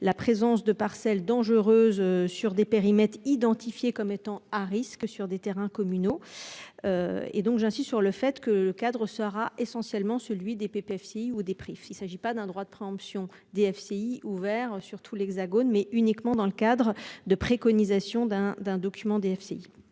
la présence de parcelles dangereuse sur des périmètres identifiés comme étant à risque sur des terrains communaux. Et donc, j'insiste sur le fait que le cadre au Sahara essentiellement celui des pépés fille ou des prix. Il s'agit pas d'un droit de préemptions DFCI ouvert sur tout l'Hexagone, mais uniquement dans le cadre de préconisations d'un d'un document DFCI.